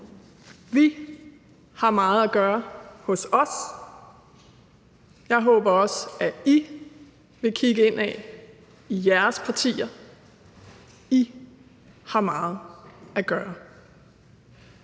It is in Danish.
Vi har meget at gøre hos os. Jeg håber også, at I vil kigge indad i jeres partier; I har meget at gøre.